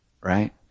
Right